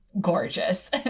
gorgeous